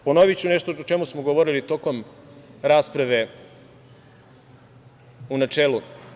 Ponoviću nešto o čemu smo govorili tokom rasprave u načelu.